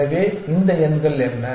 எனவே இந்த எண்கள் என்ன